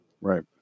Right